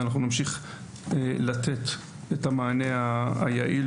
אנחנו נמשיך לתת את המענה היעיל